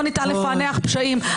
לא ניתן לפענח פשעים.